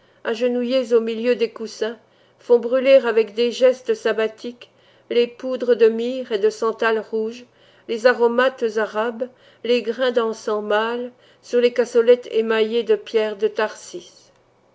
agenouillées au milieu des coussins font brûler avec des gestes sabbatiques les poudres de myrrhe et de santal rouge les aromates arabes les grains d'encens mâle sur les cassolette émaillées de pierres de tharsis